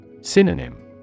Synonym